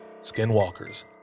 skinwalkers